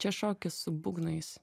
čia šokis su būgnais